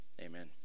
amen